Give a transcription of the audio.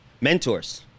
Mentors